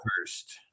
first